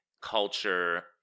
culture